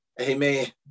Amen